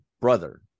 brother